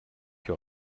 que